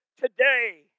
Today